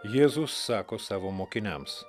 jėzus sako savo mokiniams